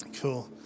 Cool